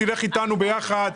תלך איתנו יחד,